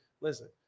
Listen